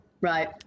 Right